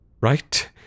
Right